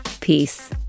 Peace